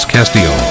Castillo